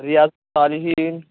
ریاض الصالحین